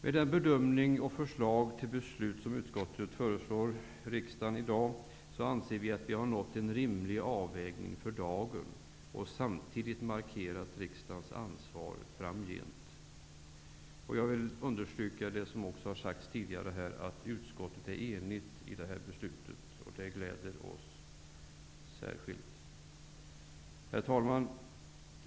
Med den bedömning och det förslag till beslut som utskottet i dag föreslår riksdagen anser vi att vi har nått en rimlig avvägning för dagen, samtidigt som riksdagens ansvar framgent markeras. Jag vill understryka att utskottet är enigt i detta beslut, och det gläder oss särskilt. Herr talman!